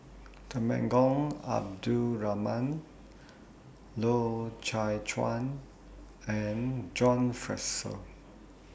Temenggong Abdul Rahman Loy Chye Chuan and John Fraser